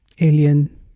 Alien